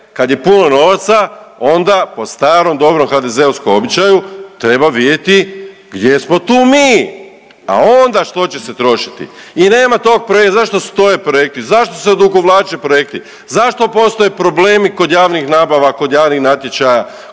kad je puno novaca onda po starom dobrom HDZ-ovskom običaju treba vidjeti gdje smo tu mi, a onda što će se trošiti i nema tog projekta, zašto stoje projekti, zašto se odugovlače projekti, zašto postoje problemi kod javnih nabava, kod javnih natječaja